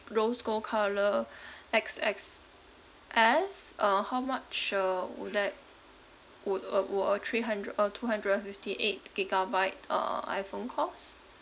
rose gold colour x x s uh how much uh would that would a would a three hundred uh two hundred and fifty eight gigabyte uh iphone cost